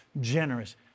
generous